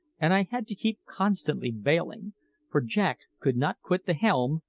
and i had to keep constantly bailing for jack could not quit the helm,